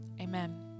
Amen